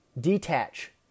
Detach